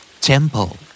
Temple